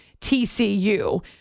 TCU